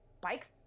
bikes